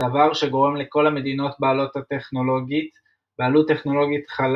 דבר שגורם לכל המדינות בעלות טכנולוגית חלל